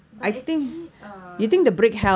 but actually uh I